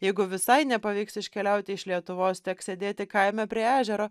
jeigu visai nepavyks iškeliauti iš lietuvos teks sėdėti kaime prie ežero